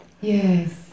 Yes